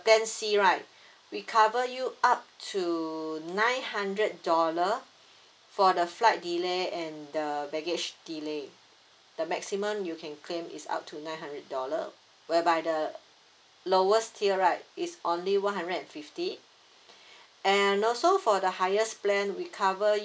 plan C right we cover you up to nine hundred dollar for the flight delay and the baggage delay the maximum you can claim is up to nine hundred dollar whereby the lowest tier right is only one hundred and fifty and also for the highest plan we cover